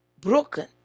broken